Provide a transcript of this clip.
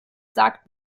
sagt